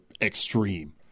extreme